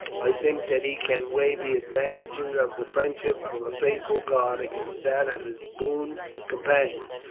i think that he can weigh the advantages of the friendship of a faithful guard against that of his boon companions.